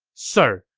sir,